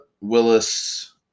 Willis